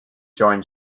join